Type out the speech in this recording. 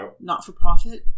not-for-profit